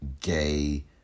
gay